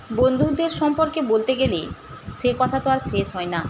বন্ধুদের সম্পর্কে বলতে গেলে সে কথা তো আর শেষ হয় না